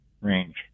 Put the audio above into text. range